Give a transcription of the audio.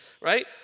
right